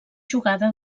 jugada